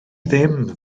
ddim